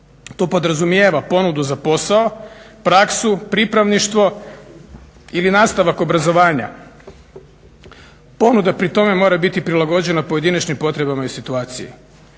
To podrazumijeva ponudu za posao, praksu, pripravništvo ili nastavak obrazovanja. Ponuda pri tome mora biti prilagođena pojedinačnim potrebama i situaciji.